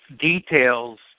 details